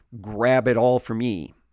grab-it-all-for-me